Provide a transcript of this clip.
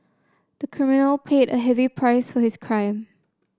the criminal paid a heavy price for his crime